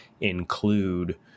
include